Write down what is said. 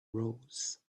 rose